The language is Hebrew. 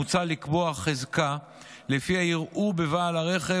מוצע לקבוע חזקה שלפיה יראו בבעל הרכב